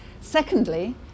Secondly